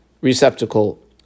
receptacle